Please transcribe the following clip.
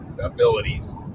abilities